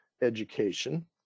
education